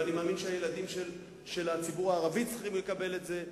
ואני מאמין שהילדים של הציבור הערבי צריכים לקבל את זה,